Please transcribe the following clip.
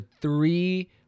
three